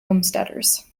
homesteaders